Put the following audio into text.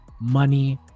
money